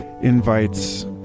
invites